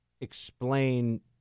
explain